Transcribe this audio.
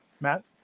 Matt